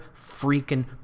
freaking